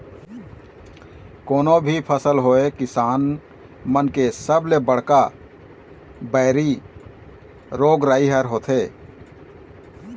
कोनो भी फसल होवय किसान मन के सबले बड़का बइरी रोग राई ह होथे